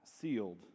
sealed